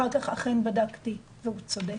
אחר כך אכן בדקתי והוא צודק.